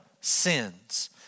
sins